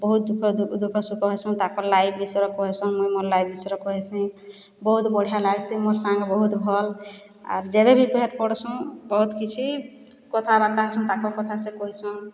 ବହୁତ ଦୁଃଖ ସୁଖ ହଉଛନ୍ ତାଙ୍କ ଲାଇଫ ବିଷୟରେ କହିଛନ୍ ମୁଇଁ ମୋ ଲାଇଫ ବିଷୟରେ କହିସି ବହୁତ ବଢ଼ିଆ ଲାଗିଛି ମୋର୍ ସାଙ୍ଗ ବହୁତ ଭଲ ଆରି ଯେବେଭି ଭେଟ ପଡୁ଼ସୁଁ ବହୁତ କିଛି କଥାବାର୍ତା ତାଙ୍କ କଥା ସେ କହିଛନ୍